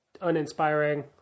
uninspiring